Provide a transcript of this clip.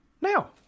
now